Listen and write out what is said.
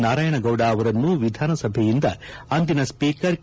ನಾರಾಯಣಗೌಡ ಅವರನ್ನು ವಿಧಾನಸಭೆಯಿಂದ ಅಂದಿನ ಸ್ವೀಕರ್ ಕೆ